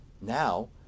now